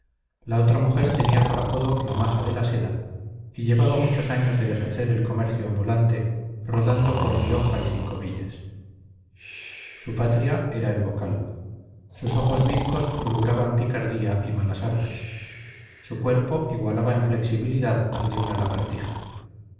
la otra mujer tenía por apodo la maja de la seda y llevaba muchos años de ejercer el comercio ambulante rodando por rioja y cinco villas su patria era el bocal sus ojos bizcos fulguraban picardía y malas artes su cuerpo igualaba en flexibilidad al de una lagartija